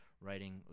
writing